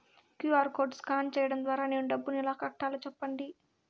QR code scan సేయడం ద్వారా నేను డబ్బును ఎలా కట్టాలో సెప్పండి?